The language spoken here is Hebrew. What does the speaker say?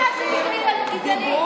מי את שתקראי לנו גזענים?